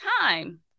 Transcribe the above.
time